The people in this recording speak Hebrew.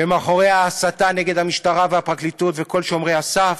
ומאחורי ההסתה נגד המשטרה והפרקליטות וכל שומרי הסף,